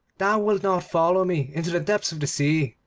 thou wilt not follow me into the depths of the sea